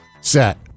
set